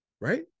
Right